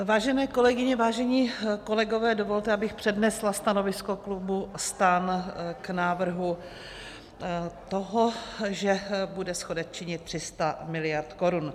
Vážené kolegyně, vážení kolegové, dovolte, abych přednesla stanovisko klubu STAN k návrhu toho, že bude schodek činit 300 miliard korun.